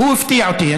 הוא הפתיע אותי.